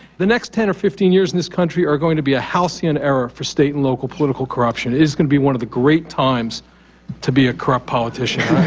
the next ten or fifteen years in this country are going to be a halcyon era for state and local political corruption. it is going to be one of the great times to be a corrupt politician